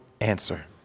answer